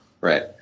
right